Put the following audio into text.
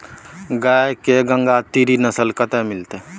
गाय के गंगातीरी नस्ल कतय मिलतै?